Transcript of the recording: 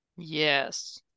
yes